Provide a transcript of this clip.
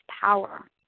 power